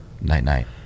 night-night